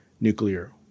nuclear